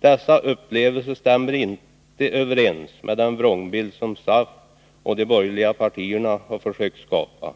Dessa upplevelser stämmer inte överens med den vrångbild som SAF och de borgerliga partierna har försökt skapa.